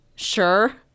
Sure